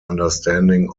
understanding